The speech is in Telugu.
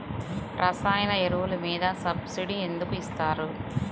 రసాయన ఎరువులు మీద సబ్సిడీ ఎందుకు ఇస్తారు?